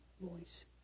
voice